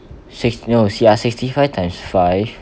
six 没有 see ah sity five times five